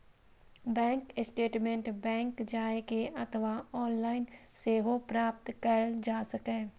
bank statement bank जाए के अथवा ऑनलाइन सेहो प्राप्त कैल जा सकैए